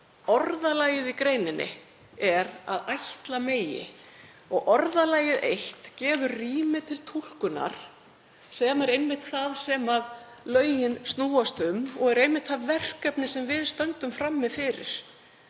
orðalagið í greininni er „ef ætla megi“ og orðalagið eitt gefur rými til túlkunar sem er einmitt það sem lögin snúast um og er einmitt það verkefni sem við stöndum frammi fyrir,